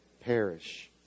perish